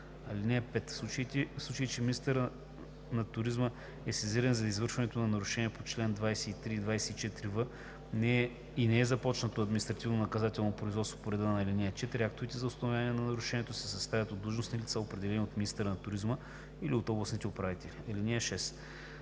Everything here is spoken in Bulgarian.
(5) В случай че министърът на туризма е сезиран за извършването на нарушение по чл. 23 и 24в и не е започнато административно-наказателно производство по реда на ал. 4, актовете за установяване на нарушение се съставят от длъжностни лица, определени от министъра на туризма или от областните управители. (6)